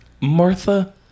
Martha